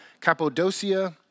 Cappadocia